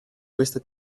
questa